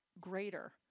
greater